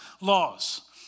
laws